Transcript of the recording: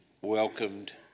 welcomed